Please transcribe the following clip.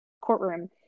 courtroom